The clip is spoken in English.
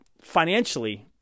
financially